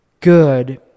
good